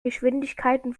geschwindigkeiten